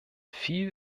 viel